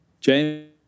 james